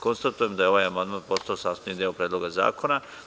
Konstatujem da je ovaj amandman postao sastavni deo Predloga zakona.